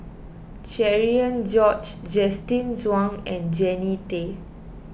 Cherian George Justin Zhuang and Jannie Tay